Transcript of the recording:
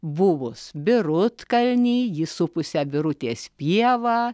buvus birutkalnį jį supusią birutės pievą